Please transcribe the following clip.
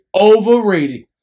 overrated